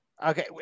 Okay